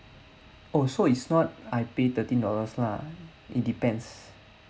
oh so is not I paid thirteen dollars lah it depends